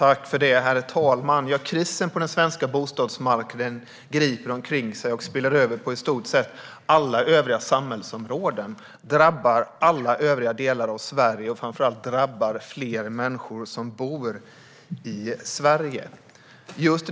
Herr talman! Krisen på den svenska bostadsmarknaden griper omkring sig och spiller över på i stort sett alla övriga samhällsområden. Den drabbar alla övriga delar av Sverige, och framför allt drabbar den fler människor som bor i Sverige.